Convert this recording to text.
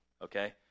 Okay